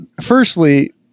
firstly